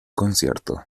concierto